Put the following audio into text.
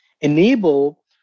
enable